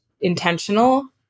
intentional